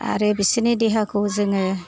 आरो बिसोरनि देहाखौ जोङो